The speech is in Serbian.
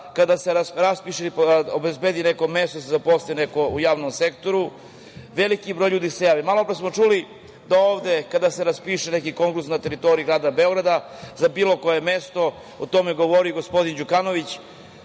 kada se obezbedi neko mesto da se zaposli neko u javnom sektoru, veliki broj ljudi se javi. Malopre smo čuli ovde da kada se raspiše neki konkurs na teritoriji Grada Beograda, za bilo koje mesto, o tome je govorio gospodin Đukanović,